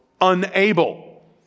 unable